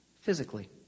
physically